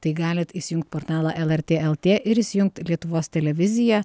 tai galit įsijungt portalą lrt lt ir įsijungt lietuvos televiziją